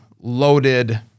loaded